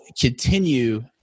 continue